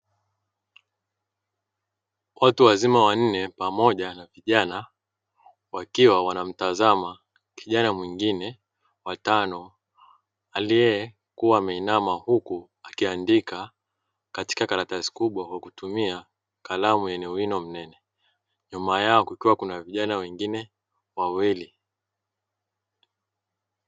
Watu wazima wanne pamoja na vijana, wakiwa wanamtazama kijana mwingine wa tano aliyekuwa ameinama huku akiandika katika karatasi kubwa kwa kutumia kalamu yenye wino mnene, nyuma yao kukiwa na vijana wengine wawili.